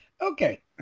Okay